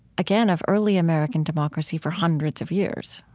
again, of early american democracy for hundreds of years.